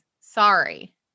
sorry